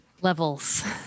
Levels